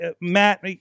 Matt